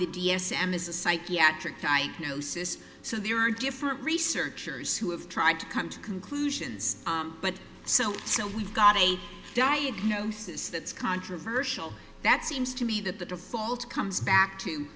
the d s m is a psychiatric diagnosis so there are different researchers who have tried to come to conclusions but celt so we've got a diagnosis that's controversial that seems to me that the default comes back to